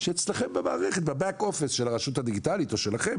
שאצלכם במערכת בבק-אופיס של הרשות הדיגיטלית או שלכם,